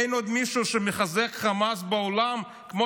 אין עוד מישהו שמחזק את חמאס בעולם כמו